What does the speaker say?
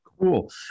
Cool